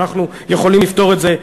אנחנו יכולים לפתור את זה,